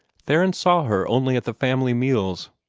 theron saw her only at the family meals.